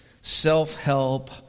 self-help